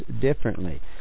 differently